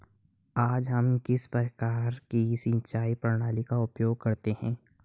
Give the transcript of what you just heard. आज हम किस प्रकार की सिंचाई प्रणाली का उपयोग करते हैं?